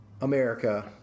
America